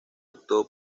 optó